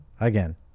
Again